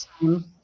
time